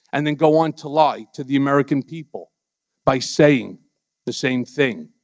and then go on to lie to the american people by saying the same thing.